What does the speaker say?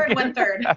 ah one-third.